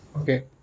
Okay